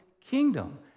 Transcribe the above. kingdom